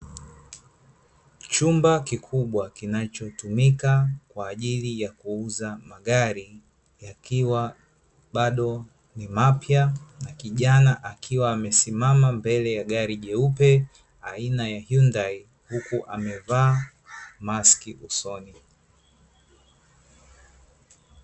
Chumba kikubwa kinachotumika kwa ajili ya kuuza magari yakiwa bado ni mapya na kijana akiwa amesimama mbele ya gari jeupe aina ya "HYUNDAI", huku amevaa maski usoni.